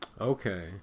okay